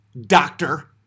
doctor